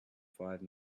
five